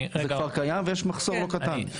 זה כבר קיים ויש מחסור לא קטן.